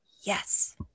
Yes